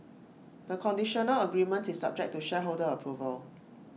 the conditional agreement is subject to shareholder approval